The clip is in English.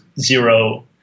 zero